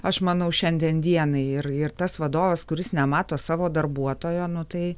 aš manau šiandien dienai ir ir tas vadovas kuris nemato savo darbuotojo nu tai